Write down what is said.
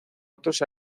otros